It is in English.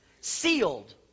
Sealed